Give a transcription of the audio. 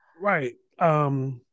Right